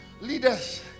leaders